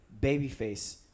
Babyface